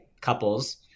couples